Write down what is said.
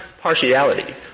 partiality